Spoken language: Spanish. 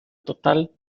total